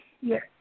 Yes